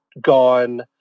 gone